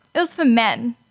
it was for men.